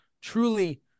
truly